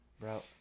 Bro